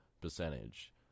percentage